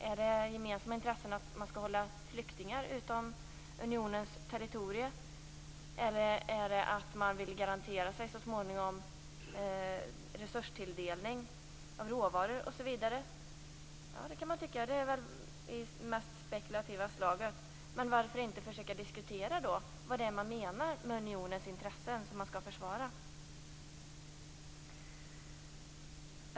Är det gemensamma intressen att hålla flyktingar utom unionens territorier, eller är det att så småningom garantera sig resurstilldelning av råvaror osv.? Det kan man tycka. Det är väl av det mest spekulativa slaget. Men varför då inte försöka diskutera vad det är man menar med unionens intressen, som man skall försvara?